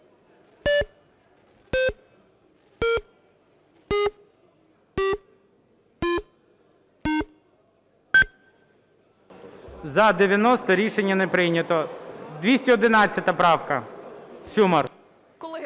За-90 Рішення не прийнято. 211 правка, Сюмар.